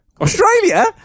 Australia